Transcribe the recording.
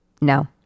no